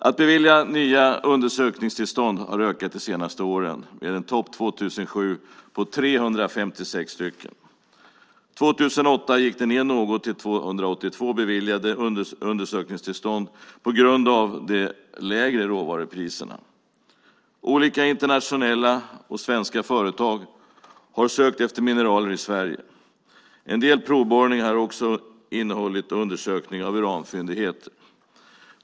Att bevilja nya undersökningstillstånd har ökat de senaste åren med en topp 2007 på 356 stycken. År 2008 gick det ned något till 282 beviljade undersökningstillstånd på grund av de lägre råvarupriserna. Olika internationella och svenska företag har sökt efter mineraler i Sverige. En del provborrningar har också innehållit undersökning av uranfyndigheter.